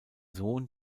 sohn